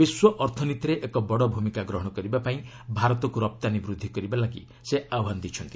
ବିଶ୍ୱ ଅର୍ଥନୀତିରେ ଏକ ବଡ଼ ଭୂମିକା ଗ୍ରହଣ କରିବାପାଇଁ ଭାରତକୁ ରପ୍ତାନୀ ବୃଦ୍ଧି କରିବାପାଇଁ ସେ ଆହ୍ବାନ ଦେଇଛନ୍ତି